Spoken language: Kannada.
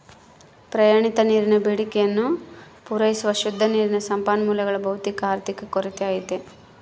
ಪ್ರಮಾಣಿತ ನೀರಿನ ಬೇಡಿಕೆಯನ್ನು ಪೂರೈಸುವ ಶುದ್ಧ ನೀರಿನ ಸಂಪನ್ಮೂಲಗಳ ಭೌತಿಕ ಆರ್ಥಿಕ ಕೊರತೆ ಐತೆ